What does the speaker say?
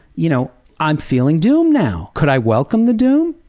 you know i'm feeling doom now, could i welcome the doom?